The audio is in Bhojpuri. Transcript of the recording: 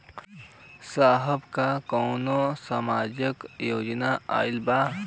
साहब का कौनो सामाजिक योजना आईल बा?